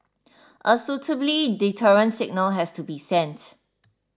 a suitably deterrent signal has to be sent